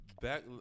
Back